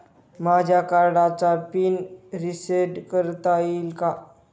माझ्या कार्डचा PIN reset करता येईल का?